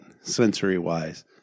sensory-wise